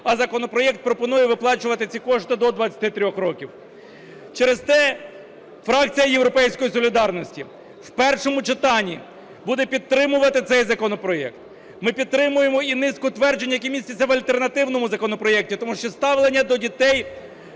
а законопроект пропонує виплачувати ці кошти до 23 років. Через те фракція "Європейської солідарності" в першому читанні буде підтримувати цей законопроект. Ми підтримуємо і низку тверджень, які містяться в альтернативному законопроекті, тому що ставлення до дітей